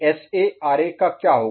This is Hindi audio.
SA RA का क्या होगा